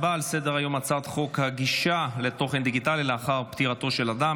הצעת חוק הגישה לתוכן דיגיטלי לאחר פטירתו של אדם,